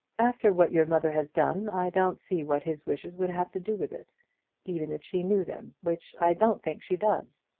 after what your mother has done, i don't see what his wishes would have to do with it even if she knew them which i don't think she does.